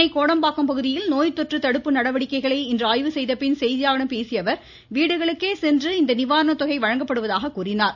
சென்னை கோடம்பாக்கம் பகுதியில் நோய்தொற்று தடுப்பு நடவடிக்கைகளை இன்று ஆய்வு செய்த பின் செய்தியாளர்களிடம் பேசிய அவர் வீடுகளுக்கே சென்று இந்த நிவாரணத்தொகை வழங்கப்படுவதாகவும் கூறினார்